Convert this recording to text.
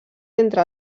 entre